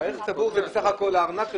שהערך הצבור הוא בסך הכול הארנק שלך,